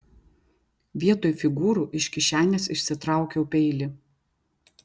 vietoj figūrų iš kišenės išsitraukiau peilį